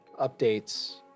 updates